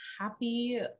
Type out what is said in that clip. happy